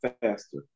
faster